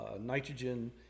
nitrogen